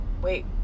Wait